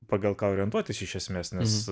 pagal ką orientuotis iš esmės nes